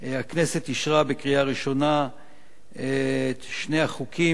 הכנסת אישרה בקריאה ראשונה את שני החוקים,